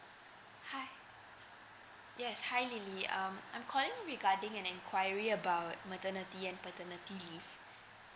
hi yes hi lily um I'm calling regarding an enquiry about maternity and paternity leave